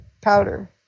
powder